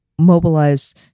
mobilize